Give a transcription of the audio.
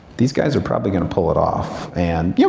these guys are probably going to pull it off, and you